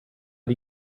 die